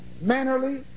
mannerly